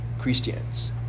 Christians